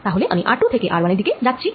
তাহলে আমি r2 থেকে r1 এর দিকে যাচ্ছি